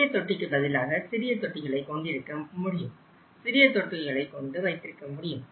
பெரிய தொட்டிக்கு பதிலாக சிறிய தொட்டிகளை கொண்டிருக்க முடியும்